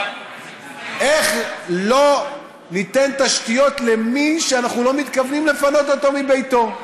איך לא ניתן תשתיות למי שאנחנו לא מתכוונים לפנות אותו מביתו?